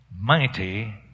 mighty